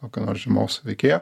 kokio nors žymaus veikėjo